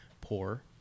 poor